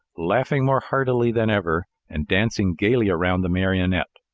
laughing more heartily than ever, and dancing gayly around the marionette.